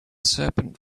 serpent